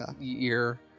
year